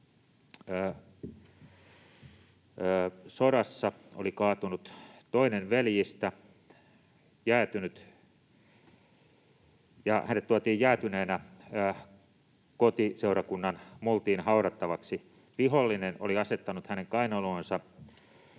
sodassa oli kaatunut toinen veljistä. Hän oli jäätynyt, ja hänet tuotiin jäätyneenä kotiseurakunnan multiin haudattavaksi. Vihollinen oli asettanut hänen kainaloonsa